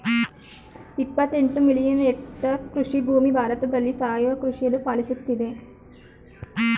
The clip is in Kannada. ಇಪ್ಪತ್ತೆಂಟು ಮಿಲಿಯನ್ ಎಕ್ಟರ್ ಕೃಷಿಭೂಮಿ ಭಾರತದಲ್ಲಿ ಸಾವಯವ ಕೃಷಿಯನ್ನು ಪಾಲಿಸುತ್ತಿದೆ